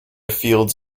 fields